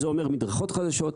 זה אומר מדרכות חדשות,